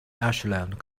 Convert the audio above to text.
ashland